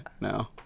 No